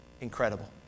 Incredible